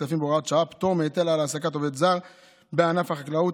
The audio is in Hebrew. הכספים בהוראת שעה פטור מהיטל על העסקת עובד זר בענף החקלאות